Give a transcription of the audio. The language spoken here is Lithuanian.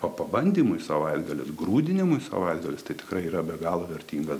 o pabandymui savaitgalis grūdinimui savaitgalis tai tikrai yra be galo vertingas